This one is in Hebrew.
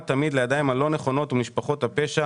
תמיד לידיים הלא נכונות ולמשפחות הפשע.